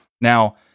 Now